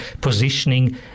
positioning